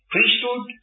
Priesthood